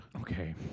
Okay